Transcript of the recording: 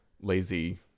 lazy